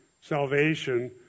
salvation